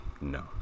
no